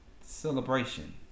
celebration